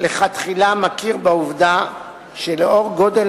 מלכתחילה מכיר בעובדה שלאור גודל